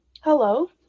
hello